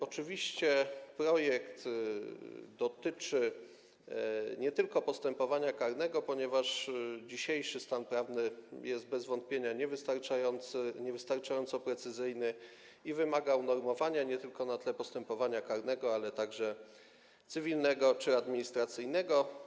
Oczywiście projekt dotyczy nie tylko postępowania karnego, ponieważ dzisiejszy stan prawny jest bez wątpienia niewystarczający, niewystarczająco precyzyjny i wymaga unormowania nie tylko na tle postępowania karnego, ale także cywilnego czy administracyjnego.